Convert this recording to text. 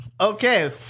Okay